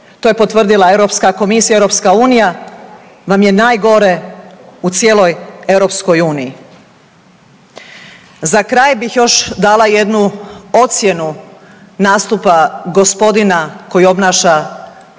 to je potvrdila Europska komisija i EU vam je najgore u cijeloj EU. Za kraj bih još dala jednu ocjenu nastupa gospodina koji obnaša